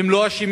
והם לא אשמים.